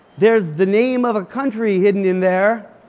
there's the name of a country hidden in there.